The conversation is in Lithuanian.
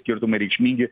skirtumai reikšmingi